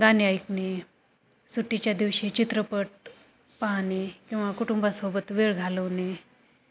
गाणे ऐकणे सुट्टीच्या दिवशी चित्रपट पाहणे किंवा कुटुंबासोबत वेळ घालवणे